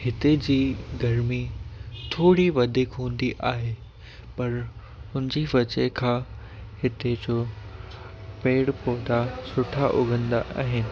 हिते जी गर्मी थोरी वधीक हूंदी आहे पर हुनजी वजह खां हिते जो पेड़ पौधा सुठा उगंदा आहिनि